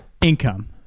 income